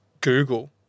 Google